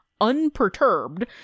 unperturbed